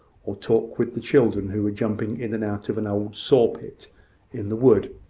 or talk with the children who were jumping in and out of an old saw-pit in the wood,